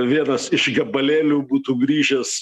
vienas iš gabalėlių būtų grįžęs